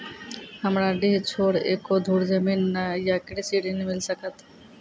हमरा डीह छोर एको धुर जमीन न या कृषि ऋण मिल सकत?